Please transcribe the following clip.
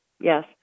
yes